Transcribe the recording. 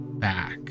back